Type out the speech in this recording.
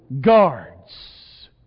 guards